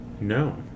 No